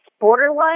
borderline